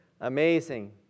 Amazing